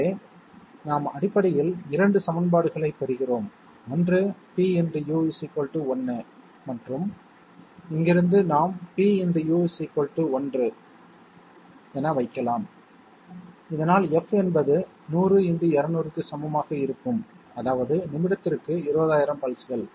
எனவே நாம் அடிப்படையில் இரண்டு சமன்பாடுகளைப் பெறுகிறோம் ஒன்று p × U 1 மற்றும் இங்கிருந்து நாம் p × U 1 I இரண்டாவது சமன்பாடு ஐ வைக்கலாம் இதனால் f என்பது 100 × 200 க்கு சமமாக இருக்கும் அதாவது நிமிடத்திற்கு 20000 பல்ஸ்கள்